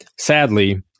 Sadly